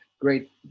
great